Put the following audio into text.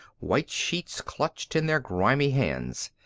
white sheets clutched in their grimy hands.